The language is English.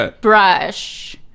Brush